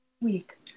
week